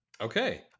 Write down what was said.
Okay